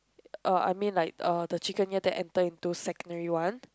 uh I mean like uh the chicken ya that enter into the secondary one